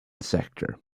sector